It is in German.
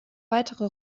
weitere